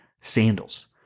sandals